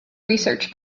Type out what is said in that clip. research